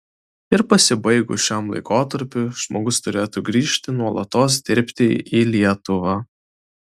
ir pasibaigus šiam laikotarpiui žmogus turėtų grįžti nuolatos dirbti į lietuvą